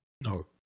No